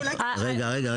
רגע, רגע.